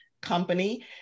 company